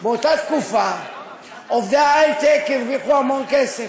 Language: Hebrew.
באותה תקופה עובדי ההייטק הרוויחו המון כסף.